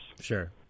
Sure